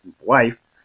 wife